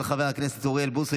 של חברי הכנסת יעקב אשר ומשה גפני,